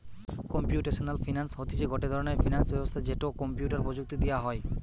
computational finance হতিছে গটে ধরণের ফিনান্স ব্যবস্থা যেটো কম্পিউটার প্রযুক্তি দিয়া হই